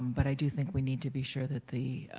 but i do think we need to be sure that the